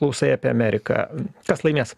klausai apie ameriką kas laimės